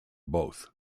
both